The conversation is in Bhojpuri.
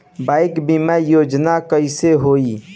बाईक बीमा योजना कैसे होई?